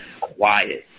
quiet